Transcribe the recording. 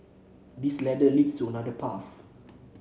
this ladder leads to another path